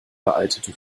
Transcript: veraltete